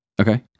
Okay